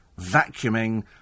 Vacuuming